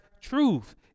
truth